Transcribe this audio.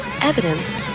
Evidence